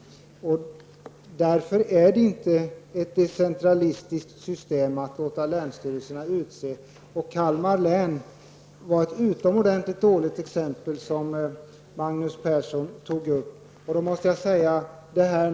Därför är det inte ett decentralistiskt system att låta länsstyrelserna utse nämnderna. Kalmar län var ett utomordentligt dåligt exempel, som Magnus Persson tog upp.